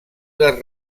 les